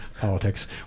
politics –